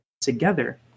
together